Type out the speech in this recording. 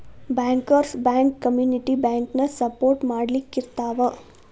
bankers bank community ಬ್ಯಾಂಕನ support ಮಾಡ್ಲಿಕ್ಕಿರ್ತಾವ